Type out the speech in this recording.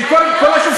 של כל השופטים?